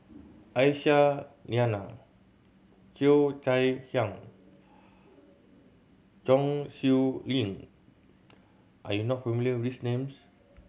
Aisyah Lyana Cheo Chai Hiang Chong Siew Ying are you not familiar with these names